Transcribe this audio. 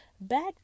Back